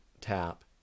tap